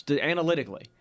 Analytically